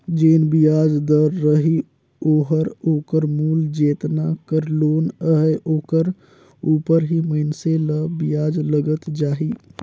जेन बियाज दर रही ओहर ओकर मूल जेतना कर लोन अहे ओकर उपर ही मइनसे ल बियाज लगत जाही